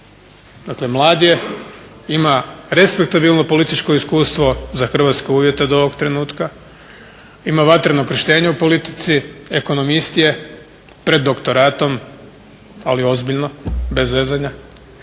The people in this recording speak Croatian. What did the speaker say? dakle mlad je, ima respektabilno političko iskustvo za hrvatske uvjete do ovog trenutka. Ima vatreno krštenje u politici, ekonomist je, pred doktoratom ali ozbiljno bez zezanja,